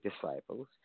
disciples